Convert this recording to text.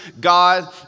God